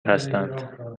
هستند